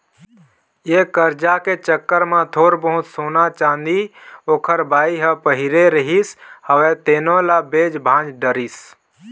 ये करजा के चक्कर म थोर बहुत सोना, चाँदी ओखर बाई ह पहिरे रिहिस हवय तेनो ल बेच भांज डरिस